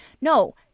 No